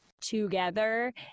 together